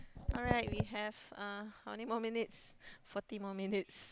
alright we have uh how many more minutes forty more minutes